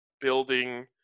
building